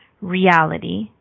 reality